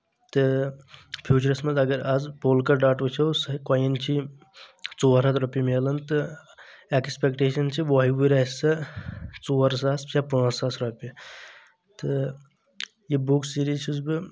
تہٕ فیوٗچرس منٛز اگر آز پولکر ڈاٹ وٕچھو سۄے کویِن چھِ یہِ ژور ہتھ رۄپیہِ مِلان تہٕ اٮ۪کسپیٚکٹیشن چھِ وُہٕے وُہٕرۍ آسہِ سۄ ژور ساس یا پانٛژھ ساس رۄپیہِ تہٕ یہِ بُک سیریٖز چھُس بہٕ